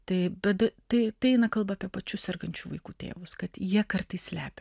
taip bet tai tai eina kalba apie pačių sergančių vaikų tėvus kad jie kartais slepia